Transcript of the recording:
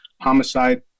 homicide